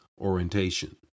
orientation